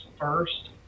first